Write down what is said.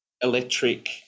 electric